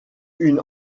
une